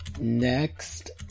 Next